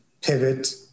pivot